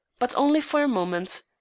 but only for a moment.